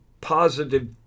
positive